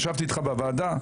ישבתי איתך בוועדה.